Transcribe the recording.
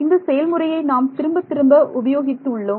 இந்த செயல்முறையை நாம் திரும்பத் திரும்ப உபயோகித்து உள்ளோம்